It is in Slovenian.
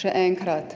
Še enkrat,